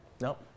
nope